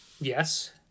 Yes